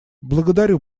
благодарю